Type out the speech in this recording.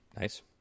Nice